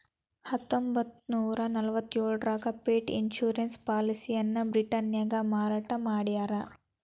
ಹತ್ತೊಂಬತ್ತನೂರ ನಲವತ್ತ್ಯೋಳರಾಗ pet insurance ಪಾಲಿಸಿಯನ್ನ ಬ್ರಿಟನ್ನ್ಯಾಗ ಮಾರಾಟ ಮಾಡ್ಯಾರ